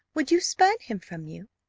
would you spurn him from you?